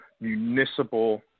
municipal